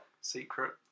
secret